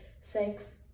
sex